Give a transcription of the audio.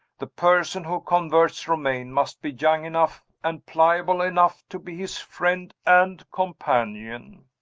the person who converts romayne must be young enough and pliable enough to be his friend and companion.